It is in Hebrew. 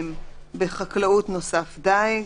בחקלאות מוסף דיג.